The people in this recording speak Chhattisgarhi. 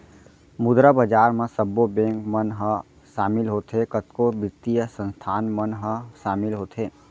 मुद्रा बजार म सब्बो बेंक मन ह सामिल होथे, कतको बित्तीय संस्थान मन ह सामिल होथे